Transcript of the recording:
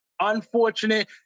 unfortunate